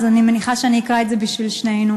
אז אני מניחה שאני אקרא את זה בשביל שתינו,